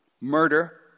murder